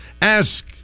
Ask